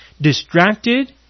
distracted